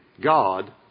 God